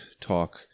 talk